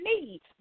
need